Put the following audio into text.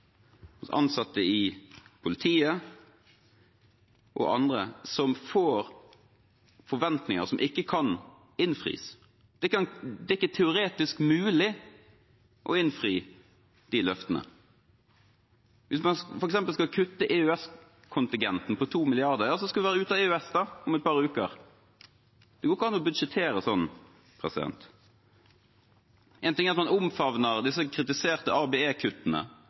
ansatte i politiet og andre – forventninger som ikke kan innfris. Det er ikke teoretisk mulig å innfri de løftene. Hvis man f.eks. skal kutte EØS-kontingenten på 2 mrd. kr – ja, så skal vi være ute av EØS om et par uker. Det går ikke an å budsjettere sånn. Én ting er at man omfavner disse kritiserte